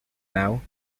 now